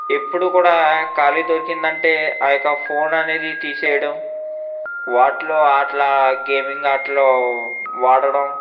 ఎప్పుడూ కూడా ఖాళీ దొరికిందంటే ఆ యొక్క ఫోన్ అనేది తీసేయడం వాటిలో అట్లా గేమింగ్ ఆటలో వాడడం